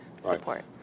support